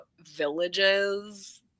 villages